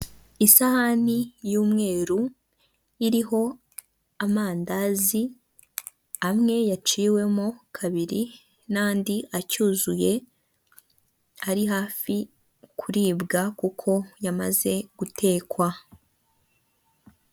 Isahani y'umweru iriho amandazi amwe yaciwemo kabiri n'andi acyuzuye ari hafi kuribwa kuko yamaze gutekwa.